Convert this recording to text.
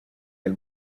del